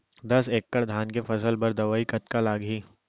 दस एकड़ धान के फसल बर दवई कतका लागही?